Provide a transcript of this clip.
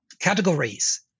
categories